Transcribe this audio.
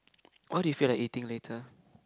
what do you feel like eating later